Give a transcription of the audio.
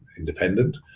independent,